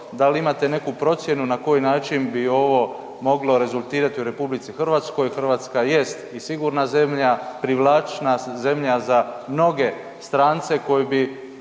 da li imate neku procjenu na koji način bi ovo moglo rezultirati u RH, Hrvatska jest i sigurna zemlja, privlačna zemlja za mnoge strance koji bi,